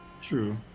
True